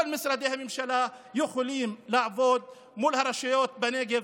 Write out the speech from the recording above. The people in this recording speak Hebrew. כל משרדי הממשלה יכולים לעבוד מול הרשויות בנגב,